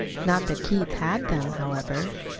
not that keith had them, however.